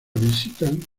visitan